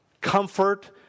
comfort